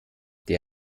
der